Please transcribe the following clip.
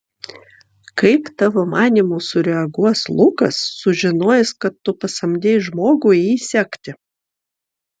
kaip tavo manymu sureaguos lukas sužinojęs kad tu pasamdei žmogų jį sekti